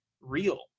real